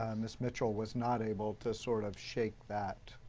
um ms. mitchell was not able to sort of shake that